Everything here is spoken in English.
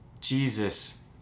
Jesus